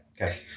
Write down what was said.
Okay